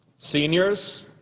seniors,